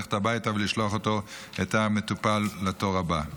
ללכת הביתה ולשלוח את המטופל לתור הבא.